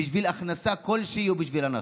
בשביל הכנסה כלשהי או בשביל הנחה.